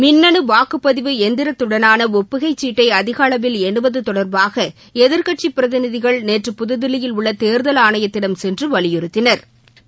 மின்னனுவாக்குப்பதிவு எந்திரத்துடனானஒப்புகை சீட்டைஅதிகஅளவில் எண்ணுவதுதொடர்பாகஎதிர் கட்சிபிரதிநிதிகள் நேற்று புதுதில்லியில் உள்ளதேர்தல் ஆணையத்திடம் சென்றுவலியுறுத்தினா்